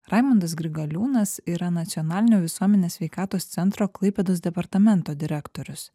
raimundas grigaliūnas yra nacionalinio visuomenės sveikatos centro klaipėdos departamento direktorius